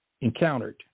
encountered